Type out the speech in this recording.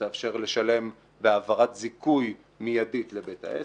שתאפשר לשלם בהעברת זיכוי מיידית לבית העסק,